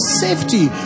safety